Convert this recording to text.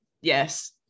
yes